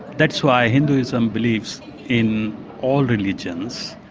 that's why hinduism believes in all religions.